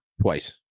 Twice